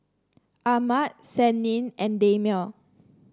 Ahmad Senin and Damia